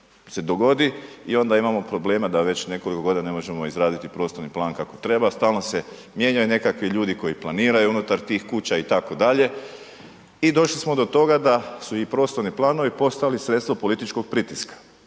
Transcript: se dogodi i onda imamo problema da već nekoju godinu ne možemo izraditi prostorni plan kako treba, stalno se mijenjaju nekakvi ljudi koji planiraju unutar tih kuća itd. i došli smo do toga da su i prostorni planovi postali sredstvo političkog pritiska.